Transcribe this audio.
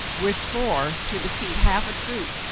with four to defeat half a troop.